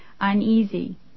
Uneasy